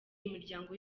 imiryango